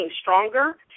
stronger